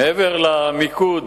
מעבר למיקוד